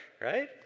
right